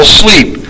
sleep